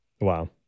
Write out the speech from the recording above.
Wow